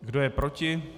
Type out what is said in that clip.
Kdo je proti?